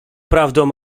prawdą